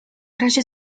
razie